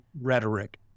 rhetoric